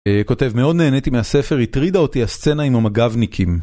כותב, מאוד נהניתי מהספר, הטרידה אותי הסצנה עם המג"בניקים.